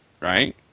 right